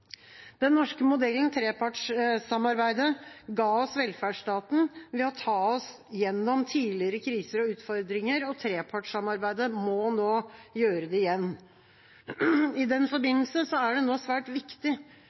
Den norske modellen, trepartssamarbeidet, ga oss velferdsstaten ved å ta oss gjennom tidligere kriser og utfordringer, og trepartssamarbeidet må nå gjøre det igjen. I den forbindelse er det nå svært viktig